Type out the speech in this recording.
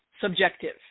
subjective